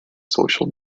social